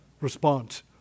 response